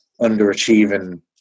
underachieving